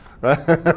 right